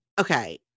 okay